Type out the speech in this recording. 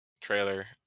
trailer